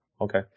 Okay